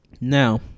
Now